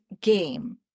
game